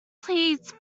please